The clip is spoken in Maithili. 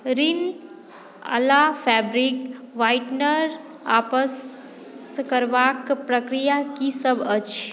रिन अला फैब्रिक व्हाइटनर आपस करबाक प्रक्रिया की सब अछि